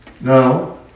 No